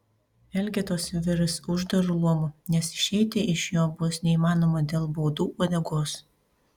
elgetos virs uždaru luomu nes išeiti iš jo bus neįmanoma dėl baudų uodegos